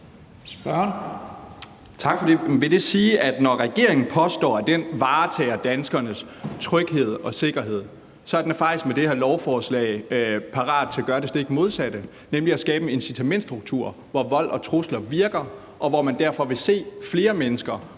Bjørn (DF): Tak for det. Vil det så faktisk sige, at regeringen, når den påstår, at den varetager danskernes tryghed og sikkerhed, med det her lovforslag er parat til at gøre det stik modsatte, nemlig at skabe en incitamentsstruktur, hvor vold og trusler virker, og hvor man derfor vil se flere mennesker